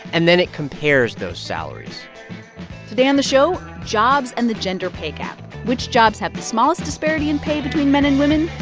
and then it compares those salaries today on the show, jobs and the gender pay gap. which jobs have the smallest disparity in pay between men and women,